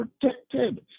protected